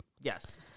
Yes